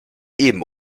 eben